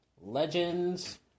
Legends